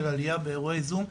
של עלייה באירועי זום,